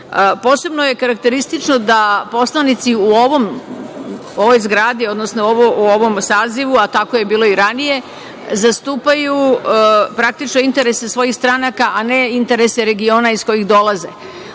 je karakteristično da poslanici u ovoj zgradi, odnosno u ovom sazivu, a tako je bilo i ranije, zastupaju praktično interese svojih stranaka a ne interese regiona iz kojih dolaze.